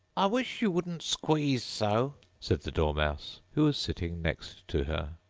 i wish you wouldn't squeeze so said the dormouse, who was sitting next to her.